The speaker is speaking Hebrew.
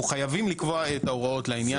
אנחנו חייבים לקבוע את ההוראות לעניין הזה.